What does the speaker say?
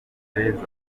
beza